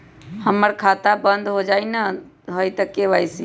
हमर खाता बंद होजाई न हुई त के.वाई.सी?